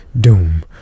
doom